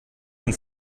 von